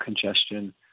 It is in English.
congestion